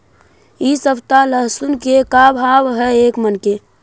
इ सप्ताह लहसुन के का भाव है एक मन के?